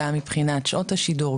גם מבחינת שעות השידור,